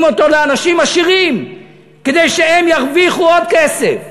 אותו לאנשים עשירים כדי שהם ירוויחו עוד כסף.